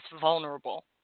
vulnerable